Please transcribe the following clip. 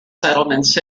settlements